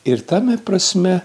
ir tame prasme